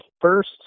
first